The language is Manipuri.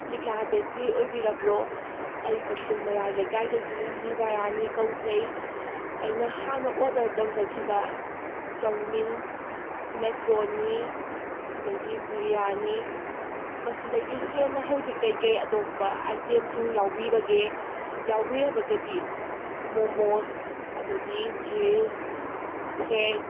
ꯂꯤꯛꯂꯥ ꯕꯦꯛꯀꯔꯤ ꯑꯣꯏꯕꯤꯔꯕ꯭ꯔꯣ ꯑꯩ ꯀꯛꯆꯤꯡ ꯃꯌꯥꯏ ꯂꯩꯀꯥꯏꯗꯒꯤ ꯅꯤꯕꯥꯔꯥꯅꯤ ꯀꯧꯖꯩ ꯑꯩꯅ ꯍꯥꯟꯅ ꯑꯣꯔꯗꯔ ꯇꯧꯖꯈꯤꯕ ꯆꯧꯃꯤꯟ ꯃꯦꯀ꯭ꯔꯣꯅꯤ ꯑꯗꯨꯗꯒꯤ ꯕ꯭ꯔꯤꯌꯥꯅꯤ ꯃꯁꯤꯗꯒꯤ ꯍꯦꯟꯅ ꯍꯧꯖꯤꯛ ꯀꯩꯀꯩ ꯑꯇꯣꯞꯄ ꯑꯥꯏꯇꯦꯝꯁꯤꯡ ꯌꯥꯎꯕꯤꯕꯒꯦ ꯌꯥꯎꯕꯤꯔꯒꯗꯤ ꯃꯣꯃꯣꯁ ꯑꯗꯨꯗꯒꯤ ꯖꯨꯏꯁ ꯁꯦꯛ